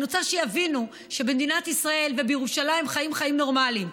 אני רוצה שיבינו שבמדינת ישראל ובירושלים חיים חיים נורמליים.